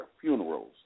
funerals